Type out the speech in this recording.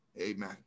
Amen